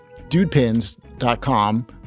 dudepins.com